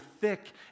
thick